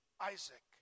Isaac